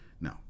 No